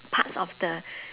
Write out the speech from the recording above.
parts of the